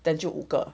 then 就五个